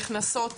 נכנסות,